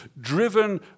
driven